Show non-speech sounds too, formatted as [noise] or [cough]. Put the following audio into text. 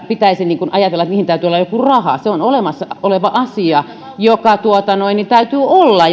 pitäisi ajatella että niihin täytyy olla joku raha se on olemassa oleva asia joka täytyy olla [unintelligible]